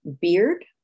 beard